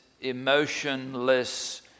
emotionless